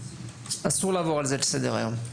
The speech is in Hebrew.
אסור לעבור על זה לסדר היום.